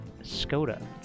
skoda